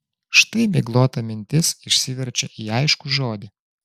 štai miglota mintis išsiverčia į aiškų žodį